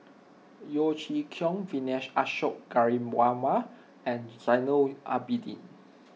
Yeo Chee Kiong Vijesh Ashok Ghariwala and Zainal Abidin